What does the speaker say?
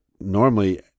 normally